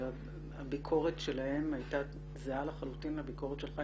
הביקורת שלהם היתה זהה לחלוטין לביקורת שלך,